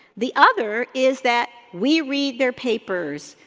the other is that we read their papers,